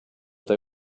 they